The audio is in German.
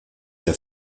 der